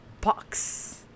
box